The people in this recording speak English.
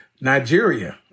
Nigeria